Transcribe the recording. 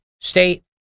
state